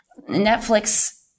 Netflix